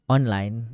online